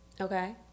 Okay